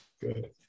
good